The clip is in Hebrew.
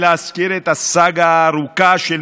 מזכירת הכנסת ירדנה מלר-הורוביץ,